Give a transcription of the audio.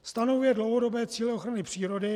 Stanovuje dlouhodobé cíle ochrany přírody.